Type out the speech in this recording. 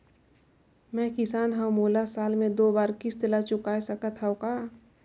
मैं किसान हव मोला साल मे दो बार किस्त ल चुकाय सकत हव का?